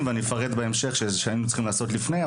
ואני אפרט בהמשך שהיינו צריכים לעשות לפני,